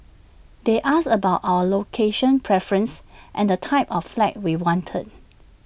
they asked about our location preference and the type of flat we wanted